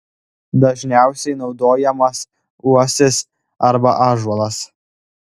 dažniausiai naudojamas uosis arba ąžuolas